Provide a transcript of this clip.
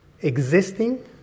existing